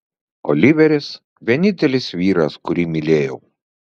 oliveris vienintelis vyras kurį mylėjau